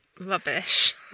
rubbish